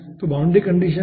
तो boundary condition है